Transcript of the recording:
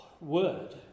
word